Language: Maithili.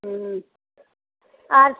हूँ आर